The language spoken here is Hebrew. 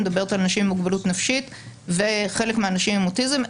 אני מדברת על אנשים עם מוגבלות נפשית וחלק מהאנשים עם אוטיזם,